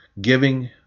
giving